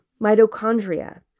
mitochondria